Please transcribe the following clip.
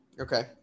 Okay